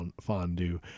fondue